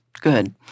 Good